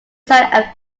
side